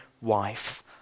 wife